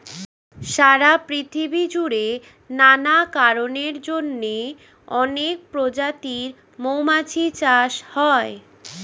সারা পৃথিবী জুড়ে নানা কারণের জন্যে অনেক প্রজাতির মৌমাছি চাষ হয়